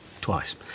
Twice